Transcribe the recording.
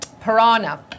Piranha